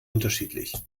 unterschiedlich